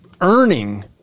earning